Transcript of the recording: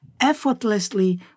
effortlessly